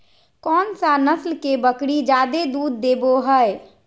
कौन सा नस्ल के बकरी जादे दूध देबो हइ?